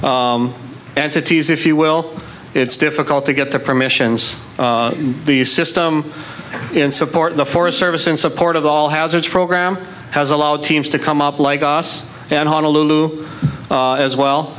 different entities if you will it's difficult to get the permissions the system in support the forest service in support of all hazards program has allowed teams to come up like us and honolulu as well